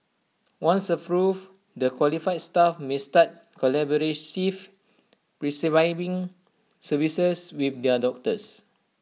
once approved the qualified staff may start collaborative prescribing services with their doctors